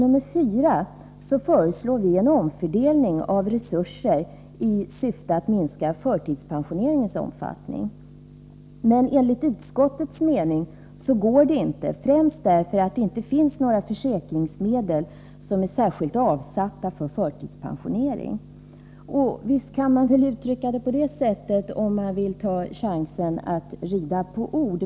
I reservation 4 föreslår vi en omfördelning av resurserna i syfte att minska förtidspensioneringens omfattning. Enligt utskottets mening går det emellertidinte, främst därför att det inte finns några försäkringsmedel som är särskilt avsatta för förtidspensioneringar. Visst kan man väl uttrycka sig på det sättet, om man nu vill ta chansen att rida på ord.